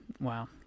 Wow